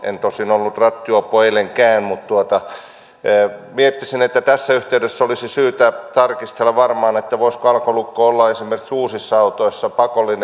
en tosin ollut rattijuoppo eilenkään mutta miettisin että tässä yhteydessä olisi syytä tarkistella varmaan voisiko alkolukko olla esimerkiksi uusissa autoissa pakollinen laite